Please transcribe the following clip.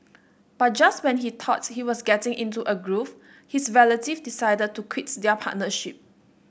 but just when he thought he was getting into a groove his relative decided to their partnership